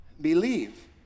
believe